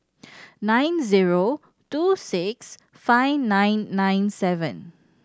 nine zero two six five nine nine seven